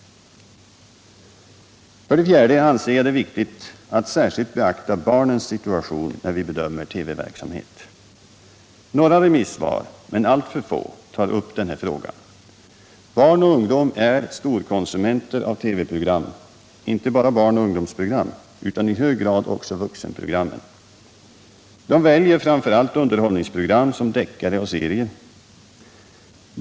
För det fjärde anser jag det viktigt att särskilt beakta barnens situation när vi bedömer TV-verksamhet. Några remissinstanser, men alltför få, tar upp denna fråga. Barn och ungdom är storkonsumenter av TV-program, inte bara barnoch ungdomsprogram utan i hög grad också vuxenprogram. De väljer framför allt underhållningsprogram som deckare och serier.